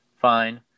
Fine